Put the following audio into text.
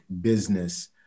business